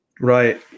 Right